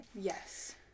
Yes